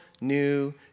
new